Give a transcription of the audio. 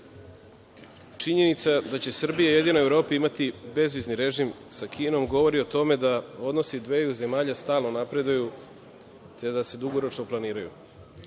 činjenica da će Srbija jedina u Evropi imati bezvizni režim sa Kinom, govori o tome da odnosi dveju zemalja stalno napreduju, te da se dugoročno planiraju.